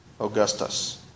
Augustus